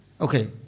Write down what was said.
okay